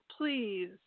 please